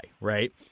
right